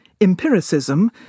empiricism